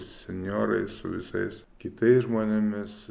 senjorais su visais kitais žmonėmis